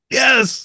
yes